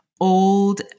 old